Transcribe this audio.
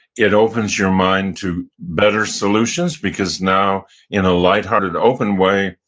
it opens your mind to better solutions because now, in a lighthearted open way,